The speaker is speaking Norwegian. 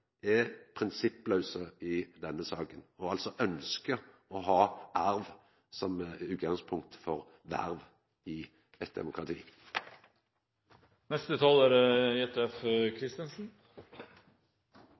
er prinsipplause i denne saka og ønskjer å ha arv som utgangspunkt for verv i eit demokrati. Eg er glad for at representanten Langeland er glad for at det